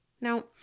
Now